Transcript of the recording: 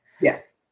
Yes